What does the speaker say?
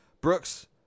Brooks